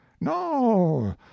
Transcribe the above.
No